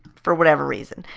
for whatever reason.